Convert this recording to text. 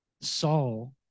Saul